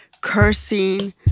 cursing